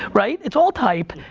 right? it's all type,